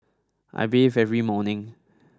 I bathe every morning